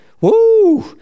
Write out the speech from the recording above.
Woo